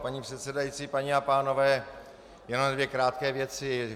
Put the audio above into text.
Paní předsedající, paní a pánové, jenom dvě krátké věci.